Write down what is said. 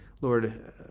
Lord